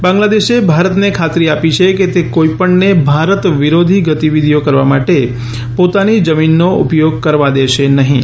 બાંગ્લાદેશે ભારતને ખાતરી આપી છે કે તે કોઇપણને ભારત વિરોધી ગતિવિધો કરવા માટે પોતાની જમીનનો ઉપયોગ કરવા દેશે નહિં